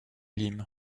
limes